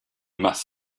must